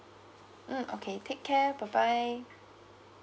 mm okay take care bye bye